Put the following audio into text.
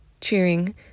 Cheering